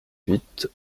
huit